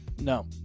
No